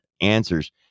answers